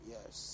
Yes